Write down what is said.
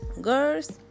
girls